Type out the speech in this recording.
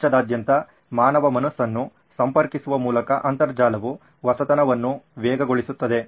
ಪ್ರಪಂಚದಾದ್ಯಂತ ಮಾನವ ಮನಸ್ಸನ್ನು ಸಂಪರ್ಕಿಸುವ ಮೂಲಕ ಅಂತರ್ಜಾಲವು ಹೊಸತನವನ್ನು ವೇಗಗೊಳಿಸುತ್ತದೆ